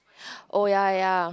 oh ya ya